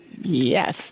Yes